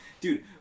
dude